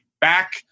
back